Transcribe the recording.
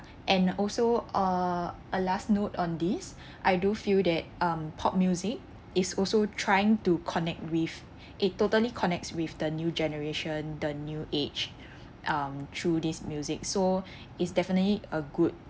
and also uh a last note on this I do feel that um pop music is also trying to connect with it totally connects with the new generation the new age um through this music so it's definitely a good